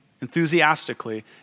enthusiastically